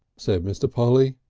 said mr. polly.